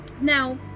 now